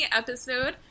episode